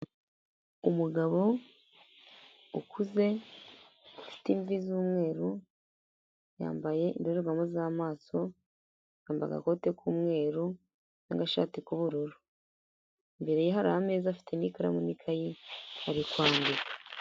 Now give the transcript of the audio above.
Umugabo ukuze ufite imvi z'umweru, yambaye indorerwamo z'amaso, yambaye agakote k'umweru n'agashati k'ubururu, imbere ye hari ameza afite n'ikaramu n'ikayi ari kwandika.